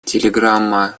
телеграмма